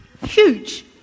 huge